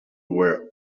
were